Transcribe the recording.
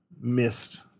missed